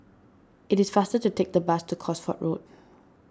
it is faster to take the bus to Cosford Road